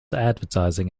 advertising